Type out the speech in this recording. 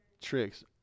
tricks